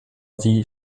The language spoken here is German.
sie